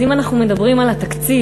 אז אם אנחנו מדברים על התקציב,